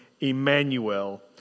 Emmanuel